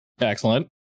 excellent